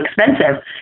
expensive